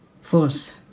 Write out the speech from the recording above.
force